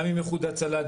גם עם איחוד ההצלה,